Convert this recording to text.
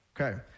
Okay